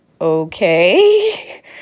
okay